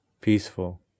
peaceful